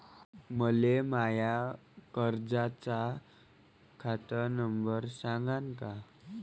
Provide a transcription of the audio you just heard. मले माया कर्जाचा खात नंबर सांगान का?